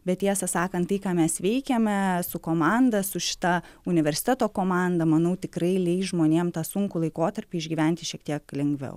bet tiesą sakant tai ką mes veikiame su komanda su šita universiteto komanda manau tikrai leis žmonėm tą sunkų laikotarpį išgyventi šiek tiek lengviau